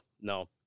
no